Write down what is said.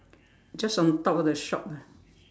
just on top of the shop lah